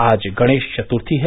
आज गणेश चतुर्थी है